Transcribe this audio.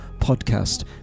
podcast